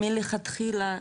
מלכתחילה,